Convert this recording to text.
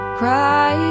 cry